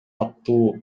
аттуу